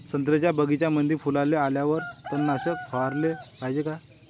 संत्र्याच्या बगीच्यामंदी फुलाले आल्यावर तननाशक फवाराले पायजे का?